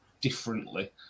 differently